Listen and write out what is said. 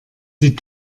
die